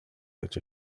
such